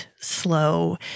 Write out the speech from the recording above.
slow